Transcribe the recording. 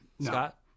Scott